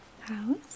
house